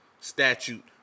statute